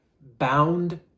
bound